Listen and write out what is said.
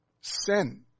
sin